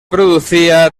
producía